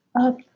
up